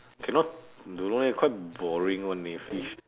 cannot don't know eh quite boring [one] leh fish